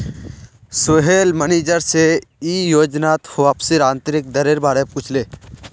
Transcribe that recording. Sohail manager से ई योजनात वापसीर आंतरिक दरेर बारे पुछले